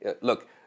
look